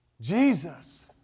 Jesus